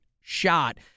shot